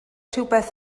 rhywbeth